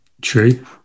true